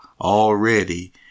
already